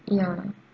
ya